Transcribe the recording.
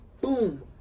boom